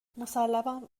مسلما